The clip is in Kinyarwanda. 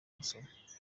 gusoma